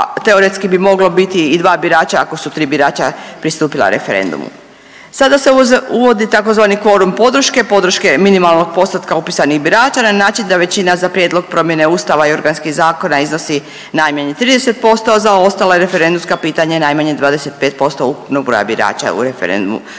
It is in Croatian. teoretski bi moglo biti i dva birača ako su tri birača pristupila referendumu. Sada se uvodi tzv. kvorum podrške, podrške minimalnog postotka opisanih birača na način da većina za prijedlog promjene Ustava i organskih zakona iznosi najmanje 30%, a za ostala referendumska pitanja najmanje 25% ukupnog broja birača u referendumu